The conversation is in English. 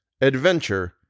ADVENTURE